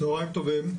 צהריים טובים.